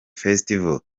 festival